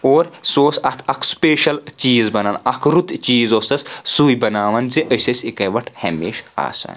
اور سُہ اوس اَتھ اَکھ سٕپَیشل چیٖز بنان اَکھ رُت چیٖز اوس سُے بناوَان زِ أسۍ ٲسۍ اِکےِ وۄٹھ ہمیشہٕ آسان